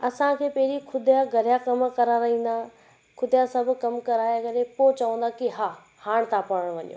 असांखे पहिरीं ख़ुदि जा घर जा कम कराईंदा ख़ुदि जा सभु कम कराए करे पोइ चवंदा कि हां हाणे तव्हां पढ़णु वञो